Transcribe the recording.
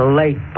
late